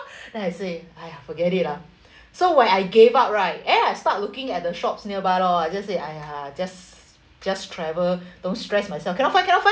then I say !aiya! forget it lah so when I gave up right eh I start looking at the shops nearby lor I just say !aiya! just just travel don't stress myself cannot find cannot find